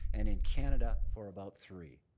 and in canada for about three.